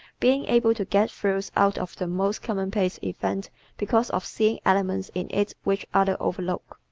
being able to get thrills out of the most commonplace event because of seeing elements in it which others overlook,